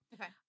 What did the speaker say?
Okay